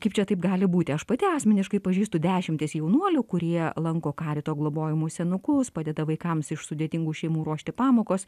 kaip čia taip gali būti aš pati asmeniškai pažįstu dešimtis jaunuolių kurie lanko karito globojamus senukus padeda vaikams iš sudėtingų šeimų ruošti pamokas